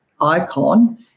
icon